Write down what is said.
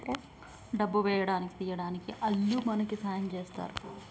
డబ్బు వేయడానికి తీయడానికి ఆల్లు మనకి సాయం చేస్తరు